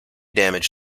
damage